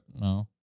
No